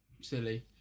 silly